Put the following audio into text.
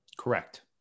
Correct